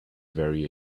very